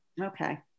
Okay